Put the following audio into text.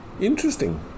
interesting